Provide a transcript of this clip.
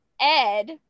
Ed